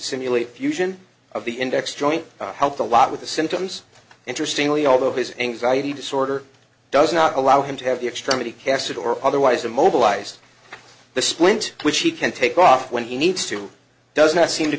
simulate a fusion of the index joint helped a lot with the symptoms interestingly although his anxiety disorder does not allow him to have the extremity cassatt or otherwise immobilized the splint which he can take off when he needs to does not seem to